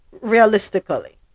realistically